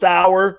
hour